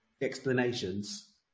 explanations